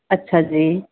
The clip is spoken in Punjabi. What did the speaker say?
ਅੱਛਾ ਜੀ